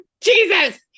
Jesus